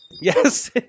Yes